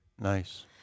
Nice